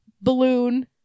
balloon